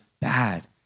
bad